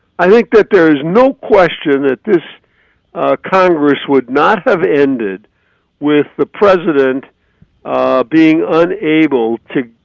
i think that there is no question that this congress would not have ended with the president being unable to.